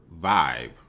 vibe